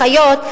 אחיות,